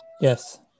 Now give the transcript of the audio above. Yes